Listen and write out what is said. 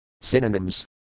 Synonyms